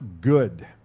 good